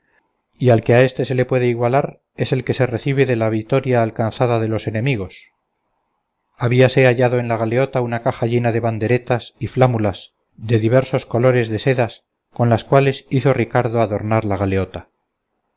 y al que a éste se le puede igualar es el que se recibe de la vitoria alcanzada de los enemigos habíase hallado en la galeota una caja llena de banderetas y flámulas de diversas colores de sedas con las cuales hizo ricardo adornar la galeota